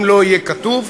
אם לא יהיה כתוב,